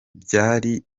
byari